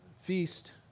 feast